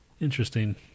Interesting